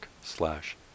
slash